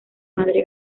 madre